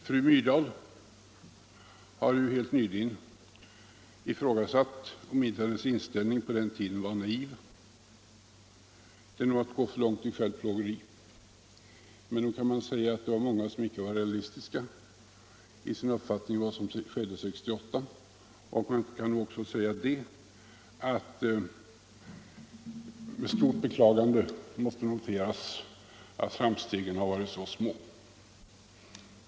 Fru Myrdal har ju helt nyligen ifrågasatt om hennes inställning då icke var naiv. Det är att gå alltför långt i självplågeri. Men nog kan man säga att det var många som inte var realistiska i sin uppfattning om vad som skedde 1968. Man kan också med djupt beklagande notera att framstegen varit så små.